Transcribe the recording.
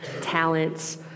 talents